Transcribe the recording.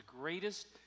greatest